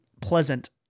pleasant